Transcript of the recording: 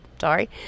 sorry